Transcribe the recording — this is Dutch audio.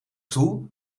toe